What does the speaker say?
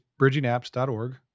bridgingapps.org